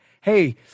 hey